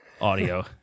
audio